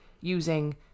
using